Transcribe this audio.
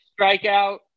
strikeout